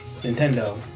Nintendo